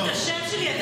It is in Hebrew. אפילו את השם שלי אתה,